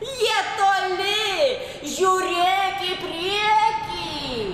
jie toli žiūrėk į priekį